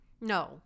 no